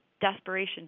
desperation